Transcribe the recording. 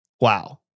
Wow